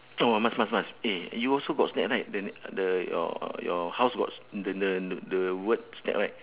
oh must must must eh you also got snack right the the your your house got sn~ the the the word snack right